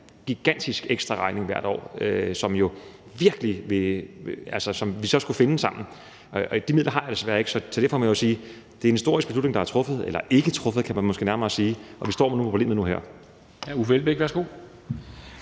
gigantisk ekstraregning hvert år, som vi så skulle finde sammen, og de midler har jeg desværre ikke. Så derfor må jeg sige, at det er en historisk beslutning, der er truffet – eller ikke er truffet, skal man måske nærmere sige. Og vi står med problemet nu her. Kl.